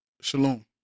Shalom